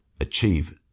achieve